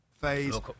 phase